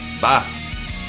bye